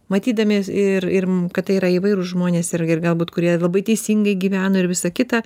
matydami ir ir kad tai yra įvairūs žmonės ir ir galbūt kurie labai teisingai gyveno ir visa kita